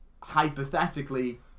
hypothetically